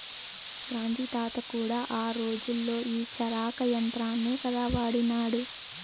గాంధీ తాత కూడా ఆ రోజుల్లో ఈ చరకా యంత్రాన్నే కదా వాడినాడు